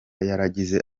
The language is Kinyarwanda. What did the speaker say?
yaragize